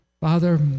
father